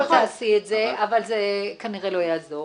קודם כל תעשי את זה, אבל זה כנראה לא יעזור.